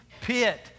pit